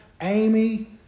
Amy